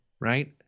Right